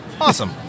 Awesome